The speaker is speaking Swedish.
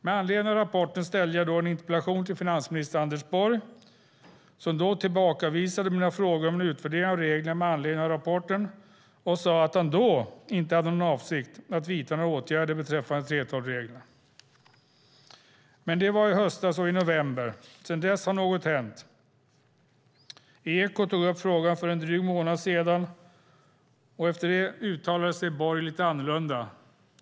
Med anledning av rapporten ställde jag en interpellation till finansminister Anders Borg, som då tillbakavisade mina frågor om utvärdering av reglerna med anledning av rapporten och sade att han inte hade ingen avsikt att vidta några åtgärder beträffande 3:12-reglerna. Men det var i höstas, i november. Sedan dess har något hänt. Ekot tog upp frågan för en dryg månad sedan, och då uttalade sig Borg lite annorlunda.